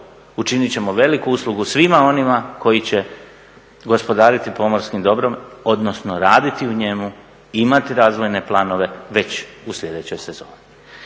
učinit ćemo veliku uslugu svima onima koji će gospodariti pomorskim dobrom, odnosno raditi u njemu, imati razvojne planove već u sljedećoj sezoni.